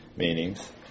meanings